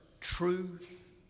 truth